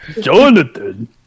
Jonathan